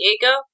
Diego